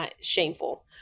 shameful